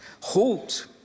Halt